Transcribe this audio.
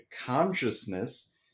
consciousness